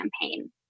campaign